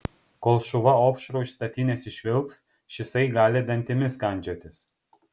kol šuva opšrų iš statinės išvilks šisai gali dantimis kandžiotis